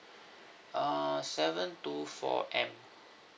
err seven two four M